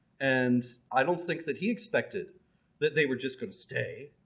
and i don't think that he expected that they were just going to stay.